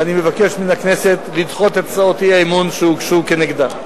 ואני מבקש מהכנסת לדחות את הצעות האי-אמון שהוגשו נגדה.